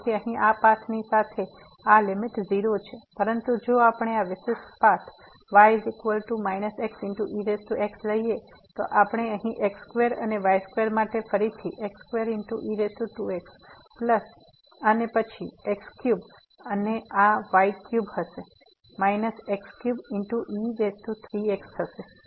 તેથી અહીં આ પાથની સાથે આ લીમીટ 0 છે પરંતુ જો આપણે આ વિશેષ પાથ y xex લઈએ તો આપણે અહીં x2 અને y2 માટે ફરીથી x2e2x અને પછી x3 અને આ y3 હશે x3e3x થશે